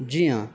جی ہاں